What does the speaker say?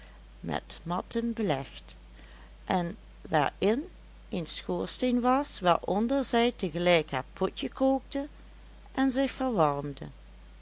met matten belegd en waarin een schoorsteen was waaronder zij tegelijk haar potje kookte en zich